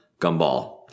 Gumball